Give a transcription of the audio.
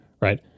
right